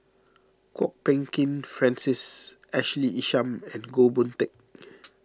Kwok Peng Kin Francis Ashley Isham and Goh Boon Teck